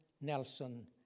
Nelson